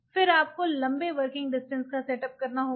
फिर आपको लंबे वर्किंग डिस्टेंस का सेटअप करना होगा